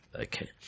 Okay